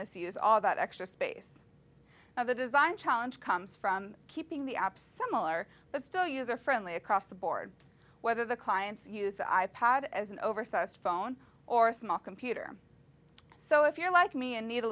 mis use all that extra space of the design challenge comes from keeping the absent miller but still user friendly across the board whether the clients use the i pad as an oversized phone or a small computer so if you're like me and need a